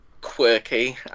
quirky